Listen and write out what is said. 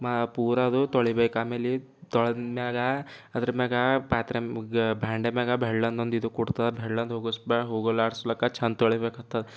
ಮಾ ಪೂರ ಅದು ತೊಳೀಬೇಕು ಆಮೇಲೆ ತೊಳೆದ ಮ್ಯಾಗ ಅದರ ಮ್ಯಾಗ ಪಾತ್ರೆ ಮ ಗ ಬ್ಯಾಂಡೆ ಮ್ಯಾಗ ಬೆಳ್ಳನ್ನೊಂದು ಇದು ಕುಟ್ಟುತ್ತಾ ಬೆಳ್ಳನ್ನೊಂದು ಹೋಗಿಸಿ ಹೋಗಲ್ಲಾಡಿಸ್ಲಿಕ್ಕ ಚೆಂದ ತೊಳೀಬೇಕು ಅಂಥದ್ದು